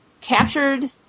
captured –